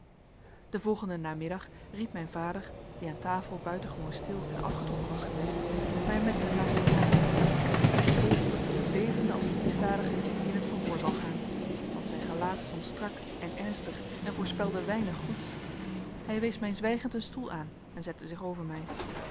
den volgenden namiddag riep mijn vader die aan tafel buitengewoon stil en afgetrokken was geweest mij met hem naar zijn kamer ik volgde bevende als een misdadiger die in het verhoor zal gaan want zijn gelaat stond strak en ernstig en voorspelde weinig goeds hij wees mij zwijgend een stoel aan en zette zich over mij